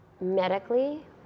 medically